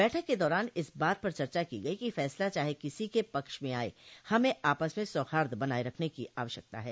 बैठक के दौरान इस बात पर चर्चा की गई कि फैसला चाहे किसी के पक्ष में आये हमें आपस में सौहार्द बनाये रखने की आवश्यकता है